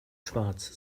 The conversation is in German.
schwarz